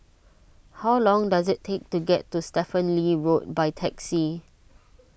how long does it take to get to Stephen Lee Road by taxi